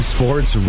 Sports